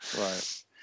Right